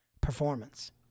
performance